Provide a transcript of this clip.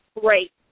great